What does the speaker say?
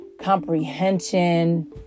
comprehension